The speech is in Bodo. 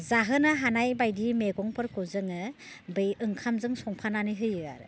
जाहोनो हानायबायदि मैगंफोरखौ जोङो बै ओंखामजों संफानानै होयो आरो